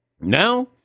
Now